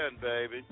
baby